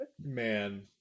man